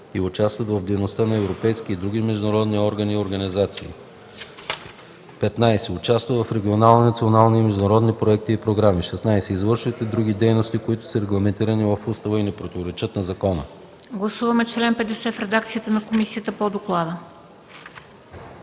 и участват в дейността на европейски и други международни органи и организации; 15. участват в регионални, национални и международни проекти и програми; 16. извършват и други дейности, които са регламентирани в устава и не противоречат на закона.” ПРЕДСЕДАТЕЛ МЕНДА СТОЯНОВА: Гласуваме чл. 50 в редакцията на комисията по доклада.